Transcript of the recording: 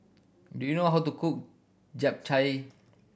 do you know how to cook Japchae